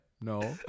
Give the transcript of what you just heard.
no